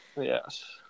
Yes